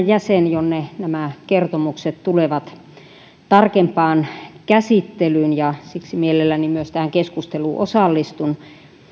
jäsen tarkastusvaliokunnassa jonne nämä kertomukset tulevat tarkempaan käsittelyyn ja siksi mielelläni myös tähän keskusteluun osallistun